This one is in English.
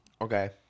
Okay